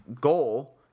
goal